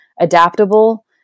adaptable